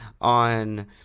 on